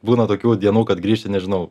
būna tokių dienų kad grįžti nežinau